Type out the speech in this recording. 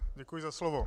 Děkuji za slovo.